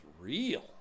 real